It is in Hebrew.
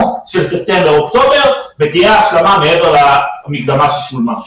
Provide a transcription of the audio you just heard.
של ספטמבר-אוקטובר ותהיה השלמה מעבר למקדמה ששולמה.